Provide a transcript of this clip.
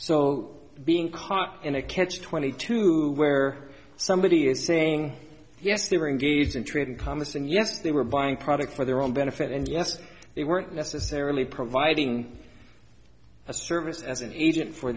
so being caught in a catch twenty two where somebody is saying yes they were engaged in trade and commerce and yes they were buying products for their own benefit and yes they weren't necessarily providing a service as an agent for